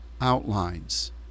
outlines